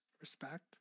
Respect